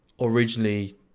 originally